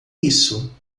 isso